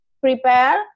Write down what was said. prepare